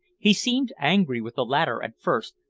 he seemed angry with the latter at first,